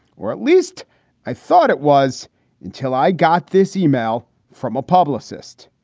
or at least i thought it was until i got this email from a publicist.